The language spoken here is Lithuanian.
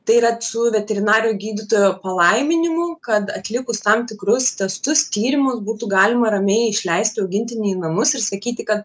tai yra su veterinarijo gydytojo palaiminimu kad atlikus tam tikrus testus tyrimus būtų galima ramiai išleist augintinį į namus ir sakyti kad